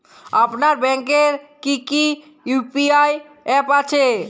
আপনার ব্যাংকের কি কি ইউ.পি.আই অ্যাপ আছে?